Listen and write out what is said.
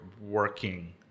working